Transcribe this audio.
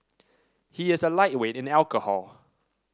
he is a lightweight in alcohol